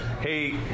hey